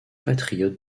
patriote